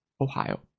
Ohio